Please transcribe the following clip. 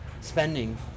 spending